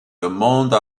demande